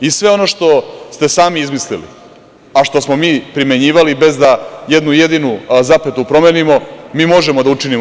I sve ono što ste sami izmislili, a što smo mi primenjivali bez da jednu jedinu zapetu promenimo, mi možemo da učinimo